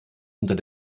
unter